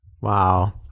wow